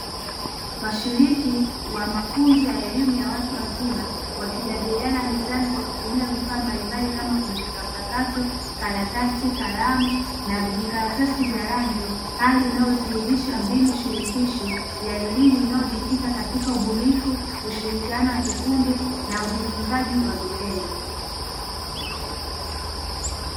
Washiriki wa mafunzo ya elimu ya watu wazima wakijadiliana mezani kwa kutumia vifaa mbalimbali kama kompyuta mpakato, karatasi, kalamu na vijikaratasi vya rangi. Hali inayodhihirisha mbinu shirikishi ya elimu inayojikita katika ubunifu, ushirikiano wa vikundi na ujifunzaji wa vitendo.